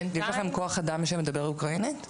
הדיון הזה עוסק בעליית ילדים מאוקראינה,